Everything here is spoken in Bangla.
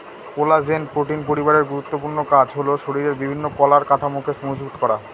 কোলাজেন প্রোটিন পরিবারের গুরুত্বপূর্ণ কাজ হল শরীরের বিভিন্ন কলার কাঠামোকে মজবুত করা